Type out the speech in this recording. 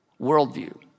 worldview